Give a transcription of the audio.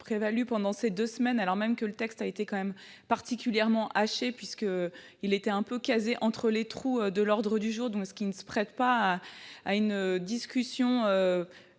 prévalu pendant ces deux semaines de débat, alors même que l'examen de ce texte a été particulièrement haché, puisqu'il était un peu casé dans les trous de l'ordre du jour, ce qui ne se prête pas à une discussion